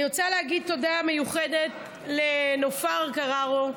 אני רוצה להגיד תודה מיוחדת לנופר קררו,